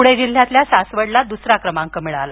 पुणे जिल्ह्यातील सासवडला दुसरा क्रमांक मिळाला